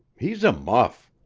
he's a muff.